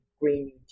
Green